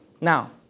Now